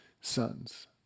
sons